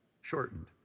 shortened